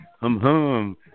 hum-hum